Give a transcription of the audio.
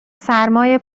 سرمای